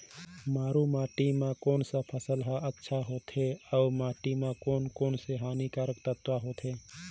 मारू माटी मां कोन सा फसल ह अच्छा होथे अउर माटी म कोन कोन स हानिकारक तत्व होथे?